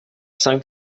cinq